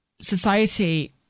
Society